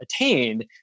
attained